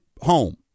home